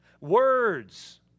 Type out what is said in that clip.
Words